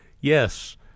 yes